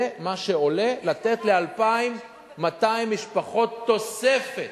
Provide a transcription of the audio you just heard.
זה מה שעולה לתת ל-2,200 משפחות, יש לך, תוספת